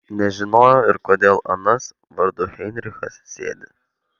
nežinojo ir kodėl anas vardu heinrichas sėdi